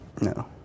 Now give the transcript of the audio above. no